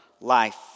life